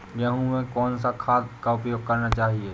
गेहूँ में कौन सा खाद का उपयोग करना चाहिए?